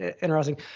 Interesting